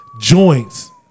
joints